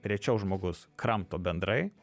rečiau žmogus kramto bendrai